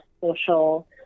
social